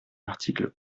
l’article